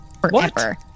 forever